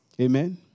Amen